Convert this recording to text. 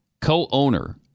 co-owner